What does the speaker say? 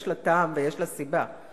יש לה טעם ויש לה סיבה.